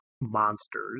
monsters